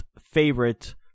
favorite